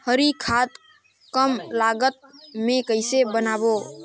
हरी खाद कम लागत मे कइसे बनाबो?